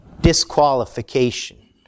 disqualification